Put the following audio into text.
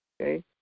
Okay